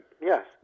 yes